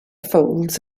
folds